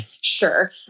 sure